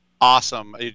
awesome